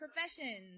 professions